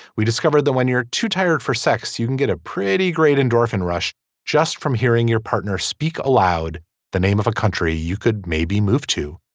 we discovered that when you're too tired for sex you can get a pretty great endorphin rush just from hearing your partner speak aloud the name of a country you could maybe move to